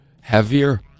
heavier